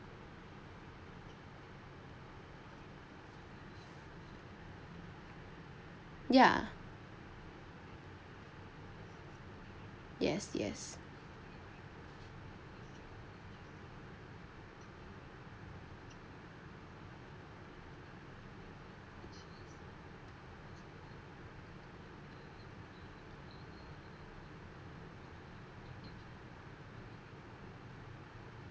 ya yes yes